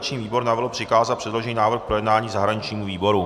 Organizační výbor navrhl přikázat předložený návrh k projednání zahraničnímu výboru.